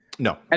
No